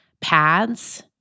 pads